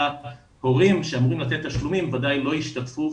הורים שאמורים לתת תשלומים וודאי לא ישתתפו,